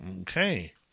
Okay